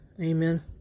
amen